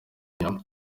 inyuma